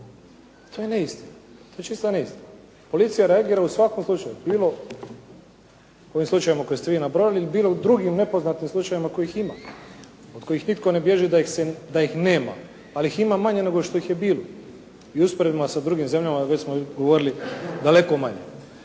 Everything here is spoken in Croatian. To je neistina. To je čista neistina. Policija reagira u svakom slučaju, bilo u ovim slučajevima koje ste vi nabrojili ili bilo drugim nepoznatim slučajevima kojih ima, od kojih nitko ne bježi da ih nema, ali ih ima manje nego što je bilo i usporedbe sa drugim zemljama već smo govorili, daleko manje.